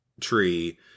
tree